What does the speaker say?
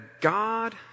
God